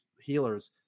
healers